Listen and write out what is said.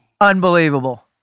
Unbelievable